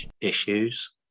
issues